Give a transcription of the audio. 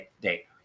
date